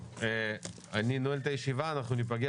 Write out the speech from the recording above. אני נועל את הישיבה, תודה